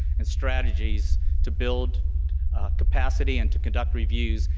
and strategies to build capacity, and to conduct reviews,